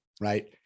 right